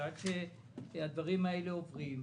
ועד שהדברים האלה עובדים.